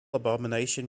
abomination